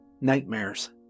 nightmares